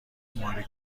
ماری